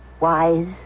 Wise